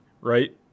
right